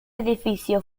edificio